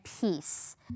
peace